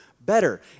better